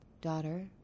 Daughter